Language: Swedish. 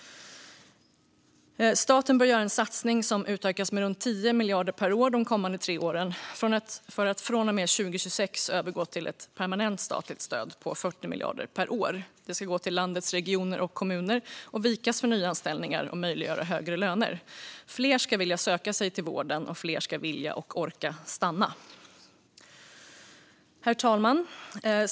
Staten bör göra en satsning som utökas med runt 10 miljarder per år de kommande tre åren för att från och med 2026 övergå till ett permanent statligt stöd på 40 miljarder per år. Det ska gå till landets regioner och kommuner och vikas för nyanställningar och möjliggöra högre löner. Fler ska vilja söka sig till vården, och fler ska vilja och orka stanna. Herr talman!